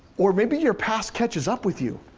or maybe your past catches up with you.